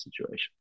situation